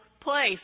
place